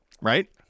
Right